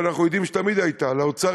שאנחנו יודעים שתמיד הייתה לאוצר,